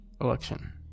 election